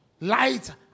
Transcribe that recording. Light